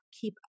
keep